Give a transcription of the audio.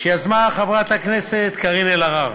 שיזמה חברת הכנסת קארין אלהרר,